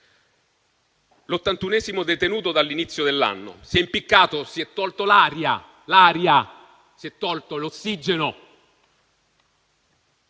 l'ottantunesimo detenuto dall'inizio dell'anno. Si è impiccato, si è tolto l'aria, l'ossigeno!